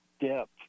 depth